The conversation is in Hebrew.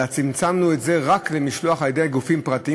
אלא צמצמנו את זה רק למשלוח על-ידי גופים פרטיים